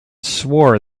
swore